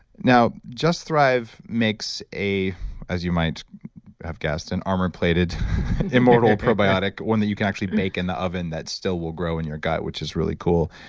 now, just thrive makes, as you might have guessed, an armor-plated immortal probiotic, one that you can actually bake in the oven that still will grow in your gut, which is really cool.